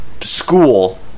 school